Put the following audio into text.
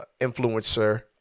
influencer